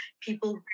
people